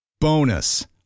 Bonus